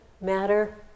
matter